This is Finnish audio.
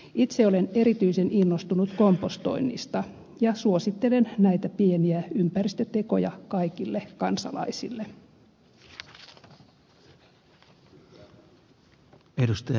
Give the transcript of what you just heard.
itse olen erityisen innostunut kompostoinnista ja suosittelen näitä pieniä ympäristötekoja kaikille kansalaisille